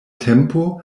tempo